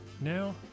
now